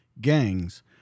gangs